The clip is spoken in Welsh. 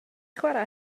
chwara